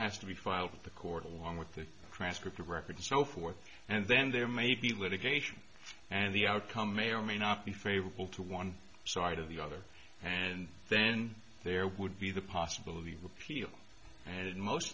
has to be filed with the court along with the transcript of record and so forth and then there may be litigation and the outcome may or may not be favorable to one so i'd of the other and then there would be the possibility of appeal and in most